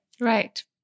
Right